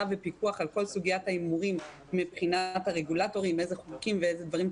ופיקוח על כל סוגיית ההימורים מבחינת הרגולציה הנדרשת,